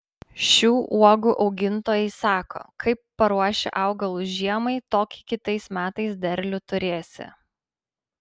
šių uogų augintojai sako kaip paruoši augalus žiemai tokį kitais metais derlių turėsi